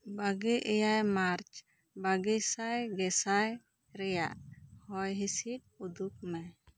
ᱵᱟᱜᱮ ᱮᱭᱟᱭ ᱢᱟᱨᱪ ᱵᱟᱜᱮ ᱥᱟᱭ ᱜᱮᱥᱟᱭ ᱨᱮᱭᱟᱜ ᱦᱚᱭ ᱦᱤᱥᱤᱫ ᱩᱫᱩᱜᱽ ᱢᱮ